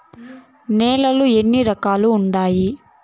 నేలలు ఎన్ని రకాలు వుండాయి?